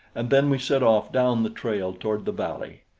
and then we set off down the trail toward the valley.